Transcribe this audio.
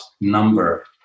number